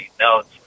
notes